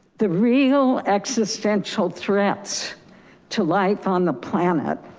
the real existential threats to life on the planet